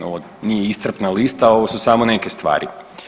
Ovo nije iscrpna lista, ovo su samo neke stvari.